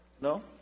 No